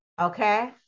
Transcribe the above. Okay